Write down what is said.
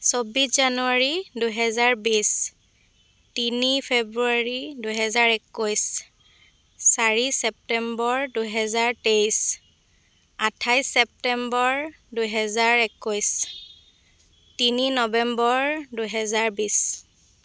চৌব্বিছ জানুৱাৰী দুহেজাৰ বিছ তিনি ফেব্ৰুৱাৰী দুহেজাৰ একৈছ চাৰি ছেপ্টেম্বৰ দুহেজাৰ তেইছ আঠাইছ ছেপ্টেম্বৰ দুহেজাৰ একৈছ তিনি নৱেম্বৰ দুহেজাৰ বিছ